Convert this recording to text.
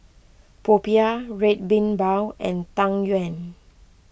Popiah Red Bean Bao and Tang Yuen